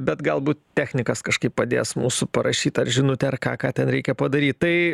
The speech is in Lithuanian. bet galbūt technikas kažkaip padės mūsų parašyt ar žinutę ar ką ką ten reikia padaryt tai